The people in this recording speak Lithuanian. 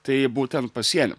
tai būtent pasienio